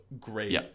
great